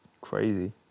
crazy